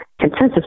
consensus